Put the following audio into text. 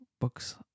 books